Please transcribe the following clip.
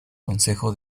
consejo